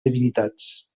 divinitats